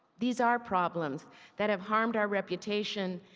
these are problems that have harmed our reputation,